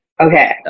okay